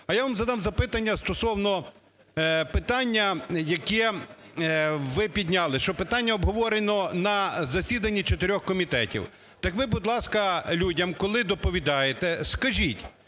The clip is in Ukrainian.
А я вам задам запитання стосовно питання, яке ви підняли, що питання обговорено на засіданні чотирьох комітетів. Так ви, будь ласка, людям коли доповідаєте, скажіть,